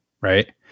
Right